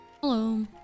hello